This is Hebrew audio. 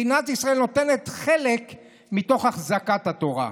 מדינת ישראל נותנת חלק מתוך אחזקת התורה.